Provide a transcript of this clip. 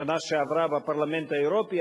בשנה שעברה בפרלמנט האירופי,